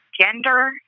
gender